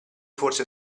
forse